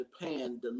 japan